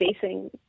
facing